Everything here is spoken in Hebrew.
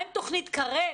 מה עם תוכנית קרב?